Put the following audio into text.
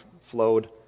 flowed